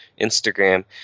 Instagram